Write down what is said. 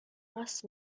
راست